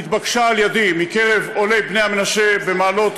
נתבקשה ממני מקרב עולי בני המנשה במעלות ובעכו,